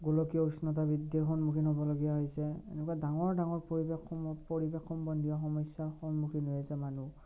গোলকীয় উষ্ণতা বৃদ্ধিৰ সন্মুখীন হ'বলগীয়া হৈছে এনেকুৱা ডাঙৰ ডাঙৰ পৰিৱেশ সম পৰিৱেশ সম্বন্ধীয় সমস্যাৰ সন্মুখীন হৈ আছে মানুহ